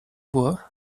bois